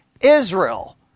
Israel